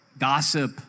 gossip